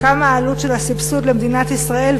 כמה העלות של הסבסוד למדינת ישראל,